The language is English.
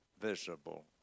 visible